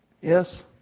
Yes